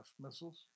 missiles